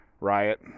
riot